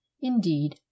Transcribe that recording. Indeed